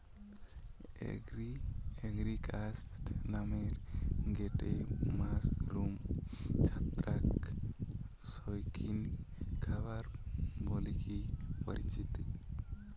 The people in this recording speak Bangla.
এগারিকাস নামের গটে মাশরুম ছত্রাক শৌখিন খাবার বলিকি পরিচিত